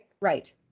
right